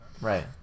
Right